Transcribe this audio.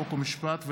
חוק ומשפט,